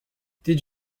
did